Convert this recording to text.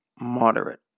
moderate